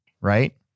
right